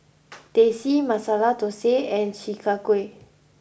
Teh C Masala Thosai and Chi Kak Kuih